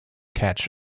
catch